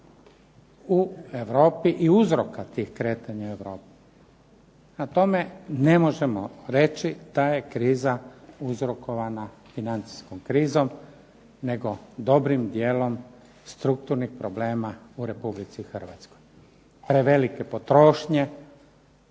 u Europi i uzroka tih kretanja u Europi. Prema tome, ne možemo reći da je kriza uzrokovana financijskom krizom nego dobrim dijelom strukturnih problema u Republici Hrvatskoj. Prevelike potrošnje